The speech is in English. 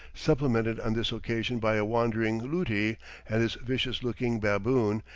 supplemented on this occasion by a wandering luti and his vicious-looking baboon,